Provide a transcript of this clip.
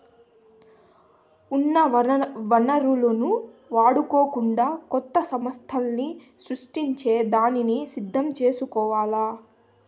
ఉన్న వనరులను వాడుకుంటూ కొత్త సమస్థల్ని సృష్టించే దానికి సిద్ధం కావాల్ల